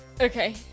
Okay